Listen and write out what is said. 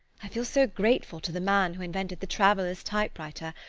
i feel so grateful to the man who invented the traveller's typewriter,